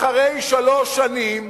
אחרי שלוש שנים